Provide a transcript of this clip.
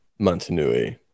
Montanui